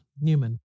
Newman